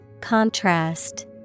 Contrast